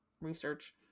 research